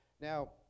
Now